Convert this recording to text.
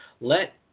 let